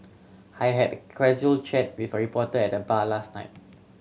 I had a casual chat with a reporter at the bar last night